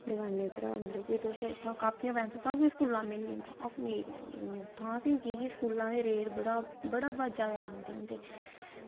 दकानै परा कॉपियां पैंसलां सबकिश स्कूला मिली जंदा अस नेईं लैने होने उत्थां असें ई की के स्कूला आह्ले रेट बड़ा जादै लांदे होंदे